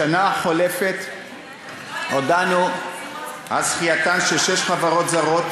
בשנה החולפת הודענו על זכייתן של שש חברות זרות